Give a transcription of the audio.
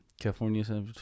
California